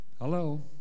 Hello